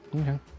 Okay